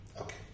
okay